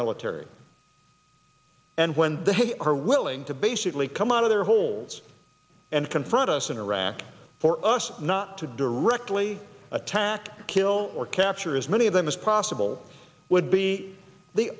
military and when they are willing to basically come out of their holes and confront us in iraq for us not to directly attack kill or capture as many of them as possible would be the